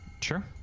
Sure